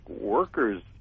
workers